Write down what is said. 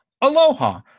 Aloha